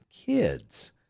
kids